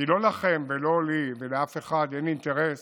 כי לא לכם ולא לי ולא לאף אחד אין אינטרס